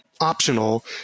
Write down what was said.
optional